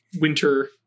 winter